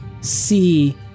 see